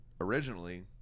originally